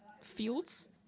fields